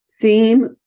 theme